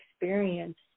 experience